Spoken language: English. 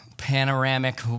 panoramic